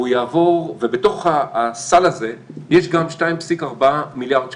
ובתוך הסל הזה יש גם 2.4 מיליארד שקלים,